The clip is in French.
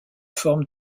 forme